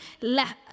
left